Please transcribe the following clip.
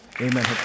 Amen